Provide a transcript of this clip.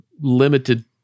limited